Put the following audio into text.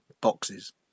boxes